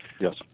Yes